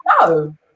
no